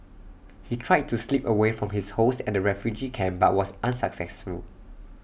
he tried to slip away from his hosts at the refugee camp but was unsuccessful